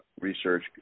research